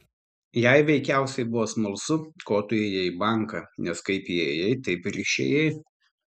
jai veikiausiai buvo smalsu ko tu ėjai į banką nes kaip įėjai taip ir išėjai